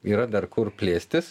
yra dar kur plėstis